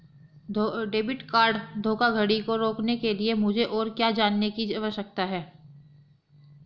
Debit card धोखाधड़ी को रोकने के लिए मुझे और क्या जानने की आवश्यकता है?